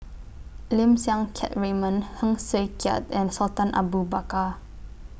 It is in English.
Lim Siang Keat Raymond Heng Swee Keat and Sultan Abu Bakar